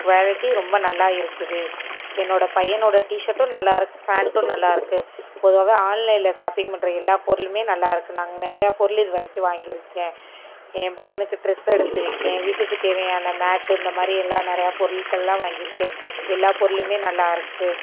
quality ரொம்ப நல்லா இருக்குது என்னோட பையனோட டீஷர்ட்டும் நல்லா இருக்கு ஃபேண்ட்டும் நல்லா இருக்கு பொதுவாகவே ஆன்லைனில் சாப்பிங் பண்ணுற எல்லா பொருளும் நல்லா இருக்கு நாங்க நிறையா பொருள் இது வரைக்கும் வாங்கியிருக்கேன் என் பையனுக்கு ட்ரெஸ் எடுத்திருக்கேன் வீட்டுக்கு தேவையான மேட்டு இந்த மாதிரி எல்லாம் நிறையா பொருள்கள்லாம் வாங்கியிருக்கேன் எல்லா பொருளும் நல்லாயிருக்கு